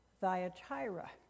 Thyatira